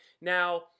now